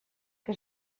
que